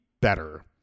better